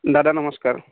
দাদা নমস্কাৰ